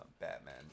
Batman